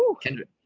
Kendrick